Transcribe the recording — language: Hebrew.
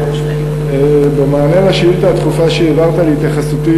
1 2. במענה לשאילתה הדחופה שהעברת להתייחסותי